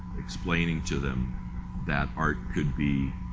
explaining to them that art could be,